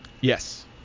Yes